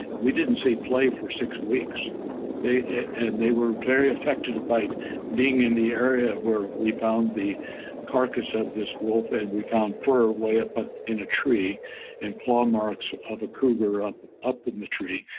we didn't see play for six weeks and they were very affected by being in the area where we found the carcass of this wolf, and we found fur way up but in a tree and claw marks of a cougar up up in the tree.